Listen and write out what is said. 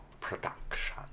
production